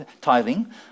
tithing